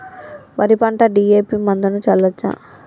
వరి పంట డి.ఎ.పి మందును చల్లచ్చా?